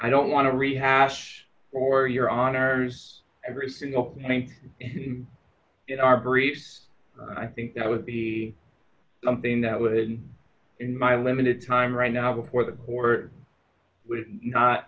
i don't want to rehash for your honour's every single penny in our briefs i think would be something that would in my limited time right now before the